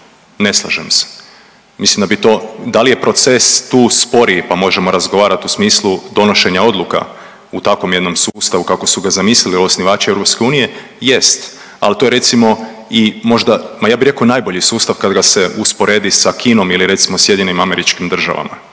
ne slažem se. Mislim da bi to, da li je proces tu sporiji pa možemo razgovarati u smislu donošenja odluka u takvom jednom sustavu kako su ga zamislili osnivači EU, jest ali to je recimo i možda ma ja bi rekao najbolji sustav kad ga se usporedi sa Kinom ili recimo SAD-om. Znači on